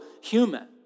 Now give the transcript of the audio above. human